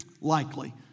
likely